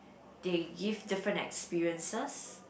they give different experiences